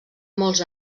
molts